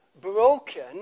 broken